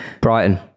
Brighton